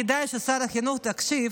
כדאי ששר החינוך יקשיב.